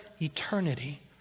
Eternity